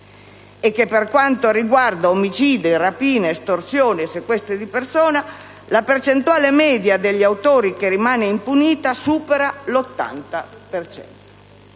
e per quanto riguarda omicidi, rapine, estorsioni e sequestri di persona la percentuale media degli autori che rimane impunita supera l'80